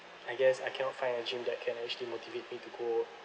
I guess I cannot find a gym that can actually motivate me to go